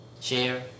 share